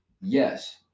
Yes